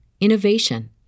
innovation